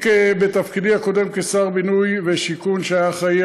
בתפקידי הקודם כשר הבינוי והשיכון שהיה אחראי